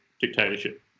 dictatorship